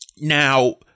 Now